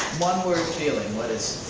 one word feeling. what is